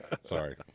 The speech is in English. Sorry